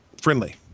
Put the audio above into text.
friendly